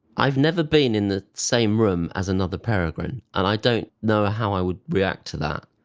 i've never been in the same room as another peregrine and i don't know how i would react to that.